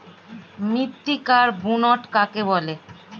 মৃত্তিকার বুনট কাকে বলে?